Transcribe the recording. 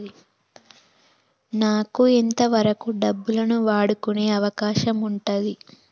నాకు ఎంత వరకు డబ్బులను వాడుకునే అవకాశం ఉంటది?